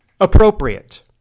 appropriate